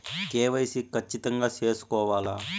KYC ఖచ్చితంగా సేసుకోవాలా